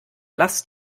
lasst